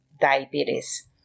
diabetes